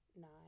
nine